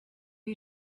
you